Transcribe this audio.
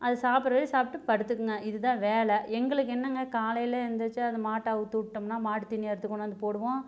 அது சாப்பிட்ற வரை சாப்பிட்டு படுத்துக்குங்க இதுதான் வேலை எங்களுக்கு என்னெங்க காலையில் எழுந்திரிச்சு அந்த மாட்டை அவுழ்த்துட்டம்ன்னா மாடு தீனி அறுத்து கொண்டாந்து போடுவோம்